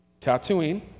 Tatooine